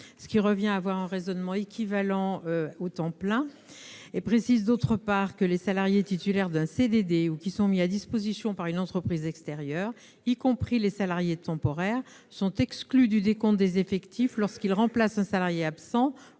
cela revient à avoir un raisonnement équivalent au temps plein -, d'autre part, que les salariés titulaires d'un CDD ou qui sont mis à disposition par une entreprise extérieure, y compris les salariés temporaires, sont exclus du décompte des effectifs lorsqu'ils remplacent un salarié absent